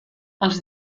els